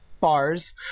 bars